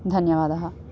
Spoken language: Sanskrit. धन्यवादः